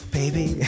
baby